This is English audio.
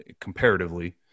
comparatively